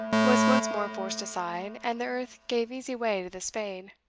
was once more forced aside, and the earth gave easy way to the spade.